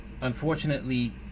Unfortunately